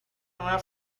nueva